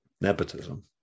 Nepotism